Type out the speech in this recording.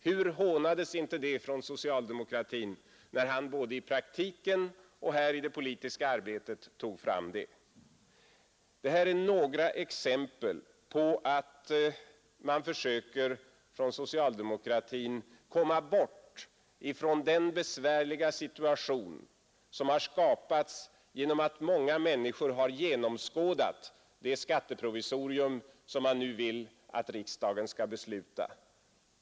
Hur hånades inte det förslaget från socialdemokratin, när han både i praktiken och här i det politiska arbetet tog fram det. Detta är några exempel på att man inom socialdemokratin försöker komma bort ifrån den besvärliga situation som har skapats genom att många människor genomskådat det skatteprovisorium som man nu vill att riksdagen skall besluta.